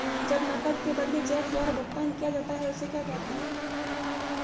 जब नकद के बदले चेक द्वारा भुगतान किया जाता हैं उसे क्या कहते है?